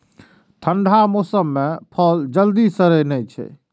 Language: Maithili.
ठंढा मौसम मे फल जल्दी सड़ै नै छै